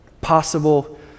possible